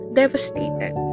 devastated